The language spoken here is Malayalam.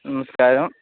നമസ്കാരം